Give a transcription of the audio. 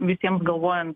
visiems galvojant